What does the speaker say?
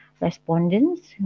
respondents